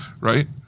Right